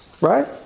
right